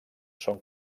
són